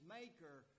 maker